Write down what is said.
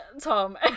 tom